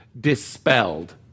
dispelled